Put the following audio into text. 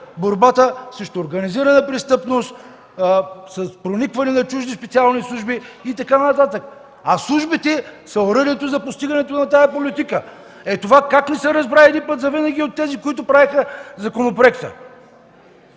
борбата срещу организирана престъпност, с проникване на чужди специални служби и така нататък, а службите са оръдието за постигането на тази политика. Е, това как не се разбра един път завинаги от тези, които правеха законопроекта?!